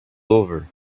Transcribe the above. over